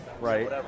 right